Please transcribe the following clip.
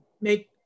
Make